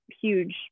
huge